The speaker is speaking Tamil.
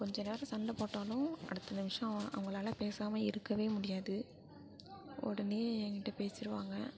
கொஞ்ச நேரம் சண்டை போட்டாலும் அடுத்த நிமிஷம் அவங்க அவங்களால பேசாமல் இருக்கவே முடியாது உடனே என்கிட்ட பேசிருவாங்க